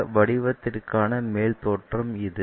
சில வடிவத்திற்கான மேல் தோற்றம் இது